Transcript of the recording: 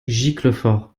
giclefort